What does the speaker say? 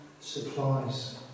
supplies